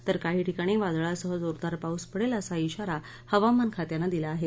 तर काही ठिकाणी वादळासह जोरदार पाऊस पडेल असा इशारा हवामान खात्यानं दिला आहे